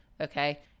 Okay